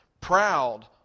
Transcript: Proud